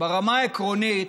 ברמה העקרונית,